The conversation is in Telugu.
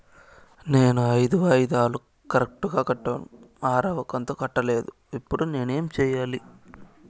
నేను ఐదు వాయిదాలు కరెక్టు గా కట్టాను, ఆరవ కంతు కట్టలేదు, ఇప్పుడు నేను ఏమి సెయ్యాలి?